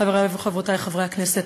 חברי וחברותי חברי הכנסת,